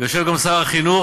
יושב גם שר החינוך,